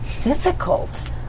difficult